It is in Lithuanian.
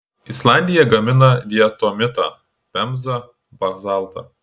islandija gamina diatomitą pemzą bazaltą